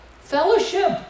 fellowship